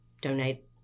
donate